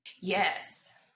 Yes